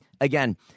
again